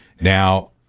Now